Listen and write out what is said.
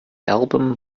album